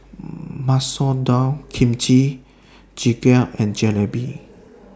Masoor Dal Kimchi Jjigae and Jalebi